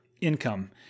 income